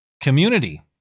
community